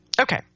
okay